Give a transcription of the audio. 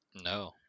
No